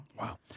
Wow